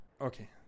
Okay